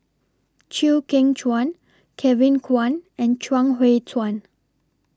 Chew Kheng Chuan Kevin Kwan and Chuang Hui Tsuan